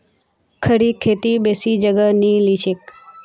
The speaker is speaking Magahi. खड़ी खेती बेसी जगह नी लिछेक